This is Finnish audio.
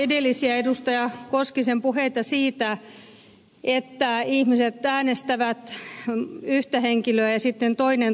johannes koskisen puheita siitä että ihmiset äänestävät yhtä henkilöä ja sitten toinen tuleekin niillä äänillä valituksi